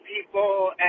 people